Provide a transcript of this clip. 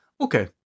Okay